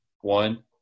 one